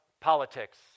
politics